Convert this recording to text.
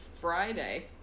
Friday